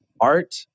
art